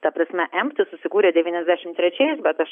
ta prasme empti susikūrė devyniasdešimt trečiais bet aš